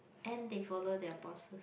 and they follow their bosses